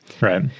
Right